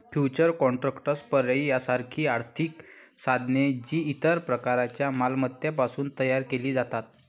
futures contracts, पर्याय यासारखी आर्थिक साधने, जी इतर प्रकारच्या मालमत्तांपासून तयार केली जातात